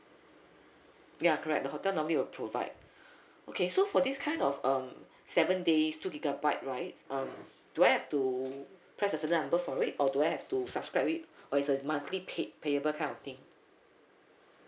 ya correct the hotel normally will provide okay so for this kind of um seven days two gigabyte right um do I have to press a certain number for it or do I have to subscribe it or is a monthly paid payable kind of thing